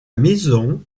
maison